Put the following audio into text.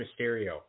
Mysterio